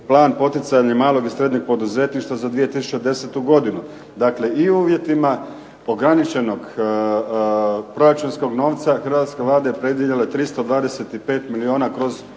plan poticanja malog i srednjeg poduzetništva za 2010. godinu. Dakle, i u uvjetima ograničenog proračunskog novca hrvatska Vlada je predvidjela 325 milijuna kroz